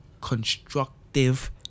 constructive